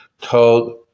told